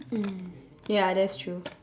mm ya that's true